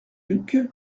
duc